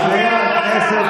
כל חוקי הדת זה המפד"ל.